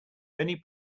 many